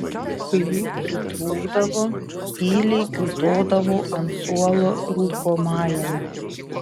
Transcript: kai jų pritrūkdavo tyliai kiūtodavo ant suolo rūkomajame